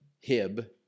Hib